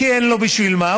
כי אין לו בשביל מה,